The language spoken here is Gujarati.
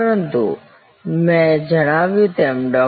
પરંતુ મેં જણાવ્યું તેમ ડો